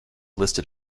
listed